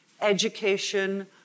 education